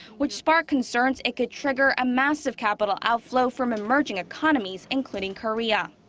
which sparked concerns it could trigger a massive capital outflow from emerging economies. including korea.